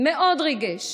מאוד ריגש